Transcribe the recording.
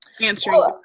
answering